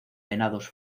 venados